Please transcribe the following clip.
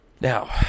Now